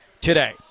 today